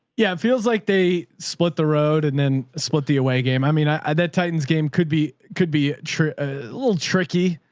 yeah, it feels like they split the road and then split the away game. i mean, i, that titan's game could be, could be a little tricky.